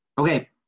Okay